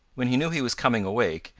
when he knew he was coming awake,